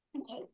Okay